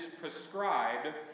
prescribed